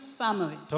family